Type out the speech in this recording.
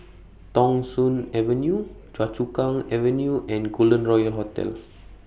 Thong Soon Avenue Choa Chu Kang Avenue and Golden Royal Hotel